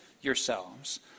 yourselves